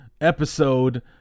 Episode